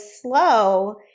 slow